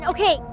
Okay